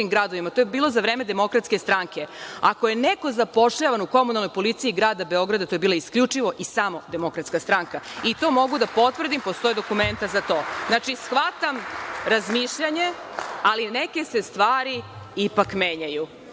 to je bilo za vreme DS. Ako je neko zapošljavan u komunalnoj policiji grada Beograda to je bila isključivo i samo DS. To mogu da potvrdim, postoje dokumenta za to. Znači, shvatam razmišljanje, ali neke se stvari ipak menjaju.